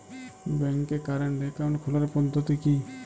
ব্যাংকে current account খোলার পদ্ধতি কি?